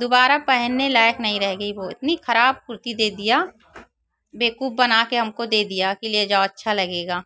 दोबारा पहनने लायक नहीं रह गई वह इतनी खराब कुर्ती दे दिया बेकुफ़ बनाकर हमको दे दिया की ले जाओ अच्छा लगेगा